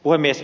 puhemies